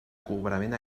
cobrament